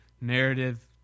Narrative